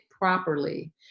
properly